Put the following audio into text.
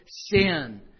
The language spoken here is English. sin